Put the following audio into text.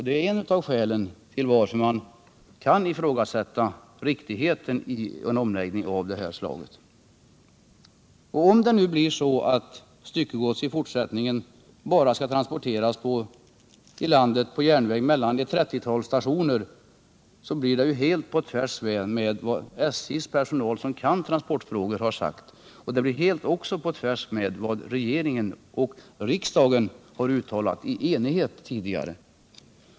Det är ett av skälen till att man kan ifrågasätta riktigheten i en omläggning av det här slaget. Om styckegods i fortsättningen skall transporteras på järnväg mellan bara ett trettiotal stationer i landet, blir detta helt på tvärs med vad SJ:s personal, som kan transportfrågor, har sagt tidigare, och det blir också helt på tvärs med vad regeringen och riksdagen tidigare har uttalat i enighet.